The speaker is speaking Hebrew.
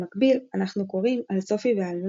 במקביל אנחנו קוראים על סופי ואלברט